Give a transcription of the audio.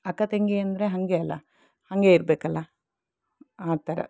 ಅಕ್ಕ ತಂಗಿ ಅಂದರೆ ಹಾಗೆ ಅಲ್ವಾ ಹಾಗೆ ಇರಬೇಕು ಅಲ್ವಾ ಆ ಥರ